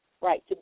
right